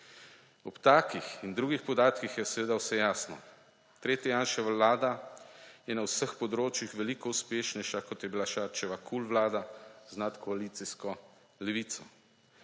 Ob takih in drugih podatkih je seveda vse jasno. Tretja Janševa vlada je na vseh področjih veliko uspešnejša, kot je bila Šarčeva KUL vlada z nadkoalicijsko Levico.